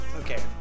okay